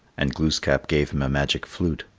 and glooskap gave him a magic flute,